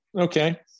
Okay